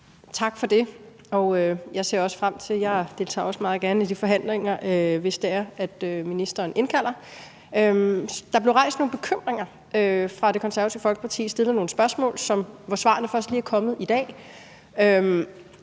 frem til det, og jeg deltager også meget gerne i de forhandlinger, hvis ministeren indkalder til dem. Der blev rejst nogle bekymringer af Det Konservative Folkeparti og stillet nogle spørgsmål, hvor svarene først lige er kommet i dag.